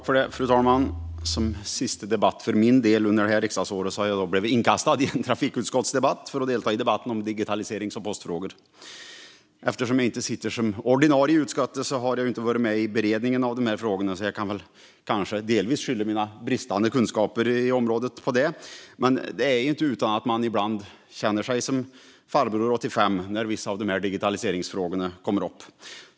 Fru talman! Som sista debatt för min del under det här riksdagsåret har jag blivit inkastad i en trafikutskottsdebatt om digitaliserings och postfrågor. Eftersom jag inte är ordinarie ledamot i utskottet har jag inte varit med i beredningen av dessa frågor, så jag kan kanske delvis skylla mina bristande kunskaper på området på det. Men det är inte utan att man ibland känner sig som farbror, 85, när vissa digitaliseringsfrågor kommer upp.